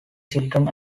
children